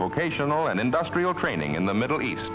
vocational and industrial training in the middle east